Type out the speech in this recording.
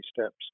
steps